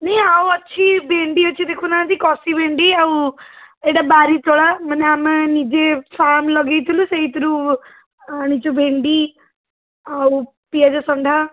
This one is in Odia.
ନାହିଁ ଆଉ ଅଛି ଭେଣ୍ଡି ଅଛି ଦେଖୁ ନାହାନ୍ତି କଷି ଭେଣ୍ଡି ଆଉ ଏଇଟା ବାରି ତୋଳା ମାନେ ଆମେ ନିଜେ ଫାର୍ମ ଲଗାଇଥିଲୁ ସେଇଥିରୁ ଆଣିଛୁ ଭେଣ୍ଡି ଆଉ ପିଆଜ ଷଣ୍ଢା